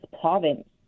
province